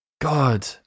God